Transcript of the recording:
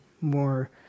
more